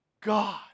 God